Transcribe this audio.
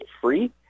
free